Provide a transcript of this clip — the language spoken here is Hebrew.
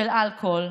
של אלכוהול.